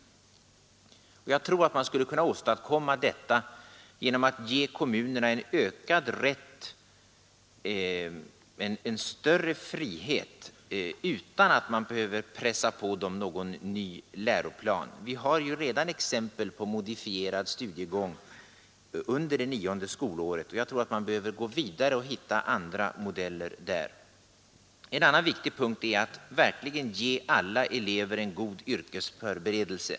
Jag tror att man skulle kunna åstadkomma detta genom att ge kommunerna en större frihet utan att man behöver pressa på dem någon ny läroplan. Vi har redan exempel på modifierad studiegång under det nionde skolåret och jag tror att man bör gå vidare och hitta andra liknande modeller. En annan viktig punkt är att verkligen ge alla elever en god yrkesförberedelse.